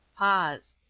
pause.